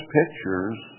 pictures